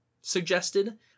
suggested